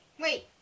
Wait